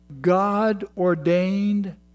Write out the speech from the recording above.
God-ordained